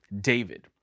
David